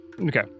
Okay